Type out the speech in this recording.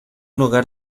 lugar